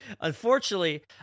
Unfortunately